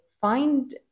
find